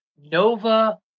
Nova